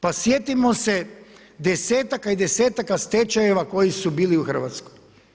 Pa sjetimo se desetaka i desetaka stečajeva koji su bili u Hrvatskoj.